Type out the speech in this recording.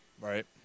Right